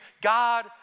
God